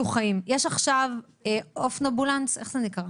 חיים - יש עכשיו אופנובולנס או איך שזה נקרא,